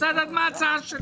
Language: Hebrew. אני רוצה לדעת מה ההצעה שלכם.